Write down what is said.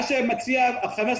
מה שמציע חבר הכנסת